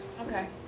Okay